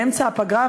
באמצע הפגרה,